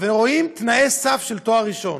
ורואים תנאי סף של תואר ראשון,